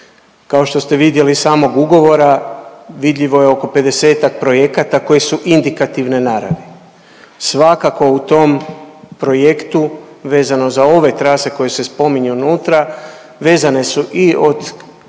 Kao što ste vidjeli iz samog ugovora vidljivo je oko 50-tak projekata koji su indikativne naravi. Svakako u tom projektu vezano za ove trase koje se spominju unutra vezane su i od